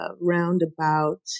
roundabout